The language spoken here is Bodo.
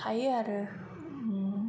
थायो आरो